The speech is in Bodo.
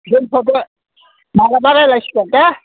दोन्थ'दो माब्लाबा रायज्लायसिगोन दे